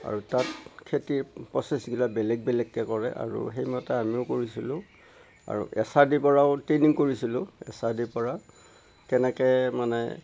আৰু তাত খেতিৰ প্ৰচেচবিলাক বেলেগে বেলেগকে কৰে আৰু সেইমতে আমিও কৰিছিলোঁ আৰু এচ আৰ ডিৰ পৰাও ট্ৰেইনিং কৰিছিলোঁ এচ আৰ ডিৰ পৰা কেনেকে মানে